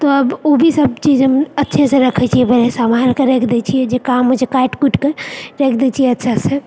तब ओ भी सब चीज हम अच्छे से रखै छियै बाहरके राखि दै छियै जे काम हइ छै काटि कुटि कऽ राखि दै छियै अच्छा से